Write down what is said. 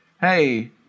Hey